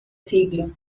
siglo